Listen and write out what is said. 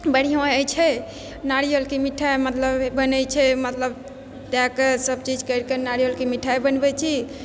बढ़िआँ होइ छै नारियलके मिठाइ मतलब बनै छै मतलब दए कऽ सबचीज करिके नारियलके मिठाइ बनबै छी